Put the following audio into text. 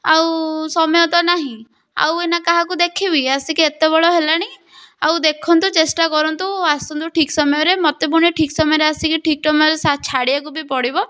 ଆଉ ସମୟ ତ ନାହିଁ ଆଉ ଏଇନା କାହାକୁ ଦେଖିବି ଆସିକି ଏତେ ବେଳ ହେଲାଣି ଆଉ ଦେଖନ୍ତୁ ଚେଷ୍ଟା କରନ୍ତୁ ଆସନ୍ତୁ ଠିକ୍ ସମୟରେ ମୋତେ ପୁଣି ଠିକ୍ ସମୟରେ ଆସିକି ଠିକ୍ ସମୟରେ ଛାଡ଼ିବାକୁ ବି ପଡ଼ିବ